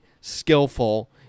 skillful